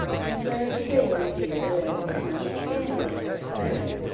i am sorry to say, my dear, that notwithstanding what i have said,